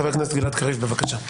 חבר הכנסת גלעד קריב, בבקשה.